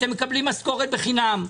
אתם מקבלים משכורת בחינם.